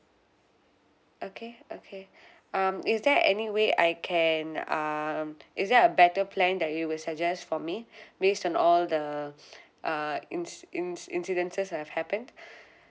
okay okay um is there any way I can um is there a better plan that you will suggest for me based on all the uh inci~ inci~ incidences that have happened